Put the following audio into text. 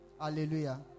hallelujah